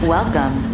Welcome